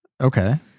Okay